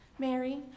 Mary